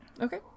Okay